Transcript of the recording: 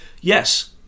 Yes